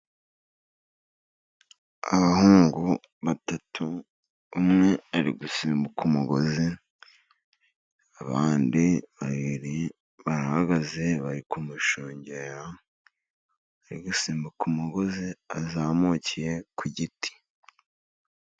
Abahungu batatu, umwe ari gusimbuka umugozi, abandi babiri barahagaze bari kumushungera, ari gusimbuka umugozi azamukiye ku giti.